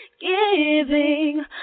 Giving